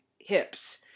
hips